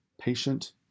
patient